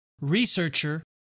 researcher